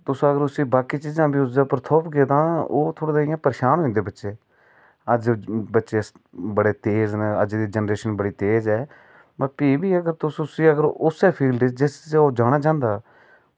तुस अगर उसी बाकी चीज़ां थोपगे तां ओह् थोह्ड़े परेशान होई जंदे बच्चे अज्ज दे बच्चे बड़े तेज़ न अज्ज दी जनरेशन बड़ी तेज़ ऐ मगर भी अगर तुस उसी उस्सै फील्ड च जेह्दे च ओह् जाना चाहंदा